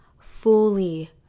fully